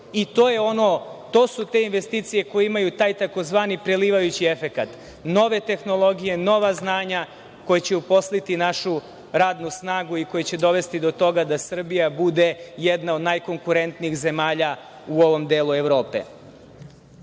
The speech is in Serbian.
to su te investicije koje imaju taj tzv. prelivajući efekat. Nove tehnologije, nova znanja koja će uposliti našu radnu snagu i koja će dovesti do toga da Srbija bude jedna od najkonkurentnijih zemalja u ovom delu